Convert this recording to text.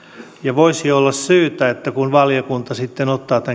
voisi olla syytä että kun valiokunta sitten ottaa tämän